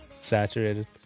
Saturated